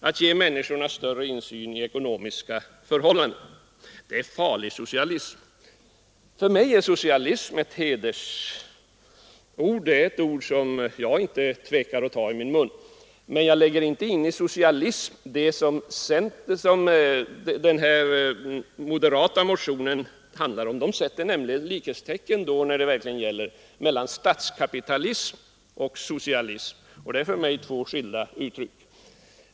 Att ge människorna större insyn i ekonomiska förhållanden är farlig socialism. För mig är socialist ett hedersord som jag inte tvekar att ta i min mun. Jag lägger inte in i ordet socialism det som den moderata motionen handlar om. Den sätter nämligen likhetstecken mellan statskapitalism och socialism, och det är för mig två skilda uttryck.